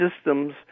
systems